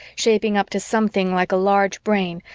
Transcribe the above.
shaping up to something like a large brain,